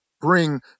bring